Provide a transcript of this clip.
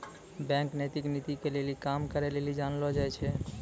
bank नैतिक नीति के लेली काम करै लेली जानलो जाय छै